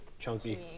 Chunky